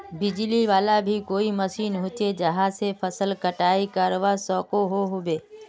बिजली वाला भी कोई मशीन होचे जहा से फसल कटाई करवा सकोहो होबे?